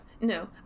No